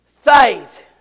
faith